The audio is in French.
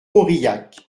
aurillac